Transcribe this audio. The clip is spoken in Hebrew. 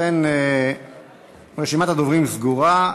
רשימת הדוברים סגורה.